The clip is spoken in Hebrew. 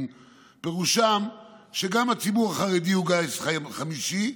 פירושו שגם הציבור החרדי הוא גיס חמישי.